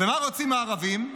ומה רוצים הערבים?